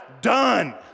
done